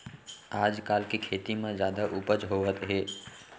आजकाल के खेती म जादा उपज होवत हे